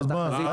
נו, אז מה?